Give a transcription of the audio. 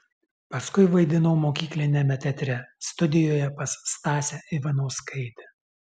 paskui vaidinau mokykliniame teatre studijoje pas stasę ivanauskaitę